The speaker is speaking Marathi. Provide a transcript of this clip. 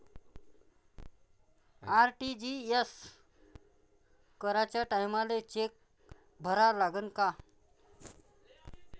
आर.टी.जी.एस कराच्या टायमाले चेक भरा लागन का?